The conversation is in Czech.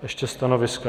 Ještě stanoviska.